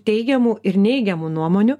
teigiamų ir neigiamų nuomonių